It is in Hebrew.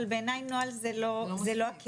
אבל בעיניי נוהל זה לא העניין.